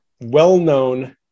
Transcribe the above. well-known